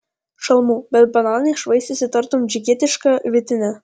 šalmų bet bananais švaistėsi tartum džigitiška vytine